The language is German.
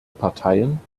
parteien